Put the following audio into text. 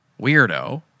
weirdo